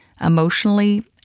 emotionally